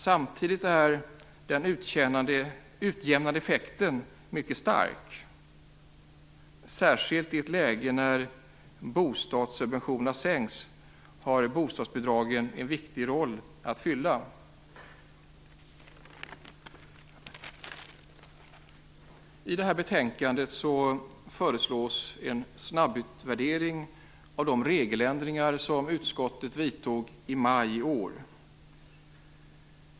Samtidigt är den utjämnande effekten mycket stark. Bostadsbidragen spelar en viktig roll, särskilt i ett läge när bostadssubventionerna sänks. I det här betänkandet föreslås en snabbutvärdering av de regeländringar som utskottet vidtog i maj i år.